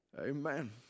Amen